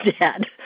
dad